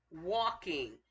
walking